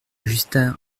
justin